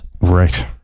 Right